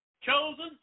chosen